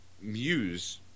Muse